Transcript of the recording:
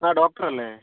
ആ ഡോക്ടർ അല്ലേ